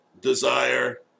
desire